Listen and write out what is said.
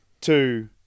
two